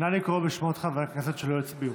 נא לקרוא בשמות חברי הכנסת שלא הצביעו.